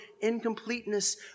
incompleteness